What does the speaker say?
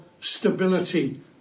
stability